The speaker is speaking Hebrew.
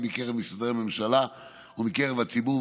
מקרב משרדי הממשלה ומקרב הציבור,